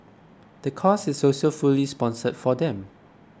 the course is also fully sponsored for them